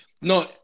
No